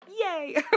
yay